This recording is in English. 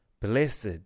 Blessed